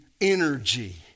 energy